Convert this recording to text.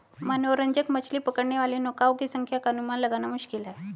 मनोरंजक मछली पकड़ने वाली नौकाओं की संख्या का अनुमान लगाना मुश्किल है